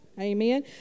Amen